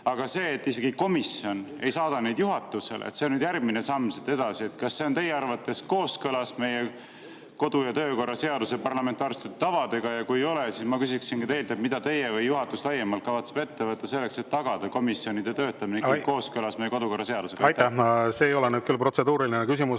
aga see, et komisjon ei saada neid isegi juhatusele – see on nüüd samm edasi. Kas see on teie arvates kooskõlas meie kodu- ja töökorra seaduse ja parlamentaarsete tavadega? Kui ei ole, siis ma küsin ka teilt, mida teie või juhatus laiemalt kavatseb ette võtta selleks, et tagada komisjonide töötamine kooskõlas meie kodukorraseadusega. Aitäh! See ei ole nüüd küll protseduuriline küsimus,